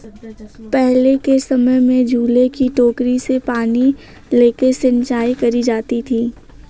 पहले के समय में झूले की टोकरी से पानी लेके सिंचाई करी जाती थी